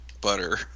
butter